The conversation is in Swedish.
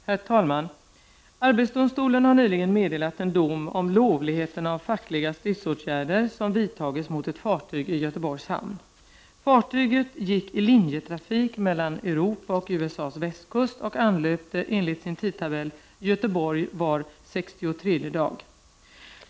Herr talman! Arbetsdomstolen har nyligen meddelat en dom om lovligheten av fackliga stridsåtgärder som vidtagits mot ett fartyg i Göteborgs hamn. Fartyget gick i linjetrafik mellan Europa och USA:s västkust, och anlöpte enligt sin tidtabell Göteborg var sextiotredje dag.